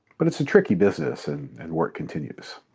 but it's a tricky business and and work continues.